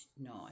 nine